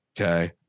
okay